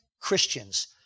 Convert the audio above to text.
Christians